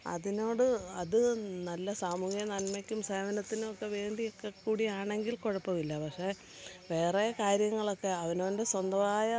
അതിനോട് അത് നല്ല സാമൂഹ്യ നന്മയ്ക്കും സേവനത്തിനുമൊക്കെ വേണ്ടിയൊക്കെ കൂടിയാണെങ്കിൽ കുഴപ്പമില്ല പക്ഷേ വേറെ കാര്യങ്ങളൊക്കെ അവനോൻ്റെ സ്വന്തമായ